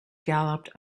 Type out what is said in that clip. galloped